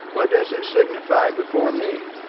what does it signify before me?